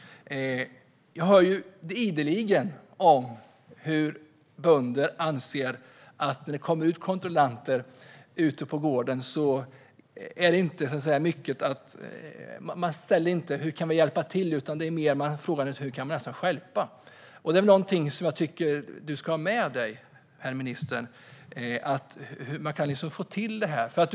Jag hör ideligen att bönder anser att de kontrollanter som kommer till gården inte frågar hur de kan hjälpa utan snarare hur de kan stjälpa. Jag tycker att du ska ha med dig hur man får till detta, herr minister.